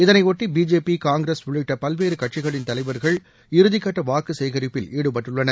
இதனைபொட்டி BJP Congress உள்ளிட்ட பல்வேறு கட்சிகளின் தலைவர்கள் இறுதிகட்ட வாக்கு சேகரிப்பில் ஈடுபட்டுள்ளனர்